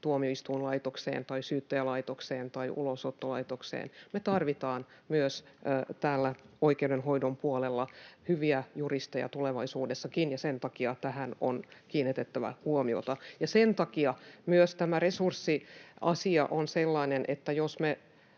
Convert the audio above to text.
tuomioistuinlaitokseen tai syyttäjälaitokseen tai ulosottolaitokseen. Me tarvitaan myös täällä oikeudenhoidon puolella hyviä juristeja tulevaisuudessakin, ja sen takia tähän on kiinnitettävä huomiota. Ja sen takia myös tämä resurssiasia on sellainen, että jos me